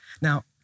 Now